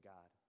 God